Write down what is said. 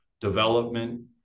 development